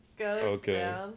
Okay